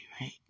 right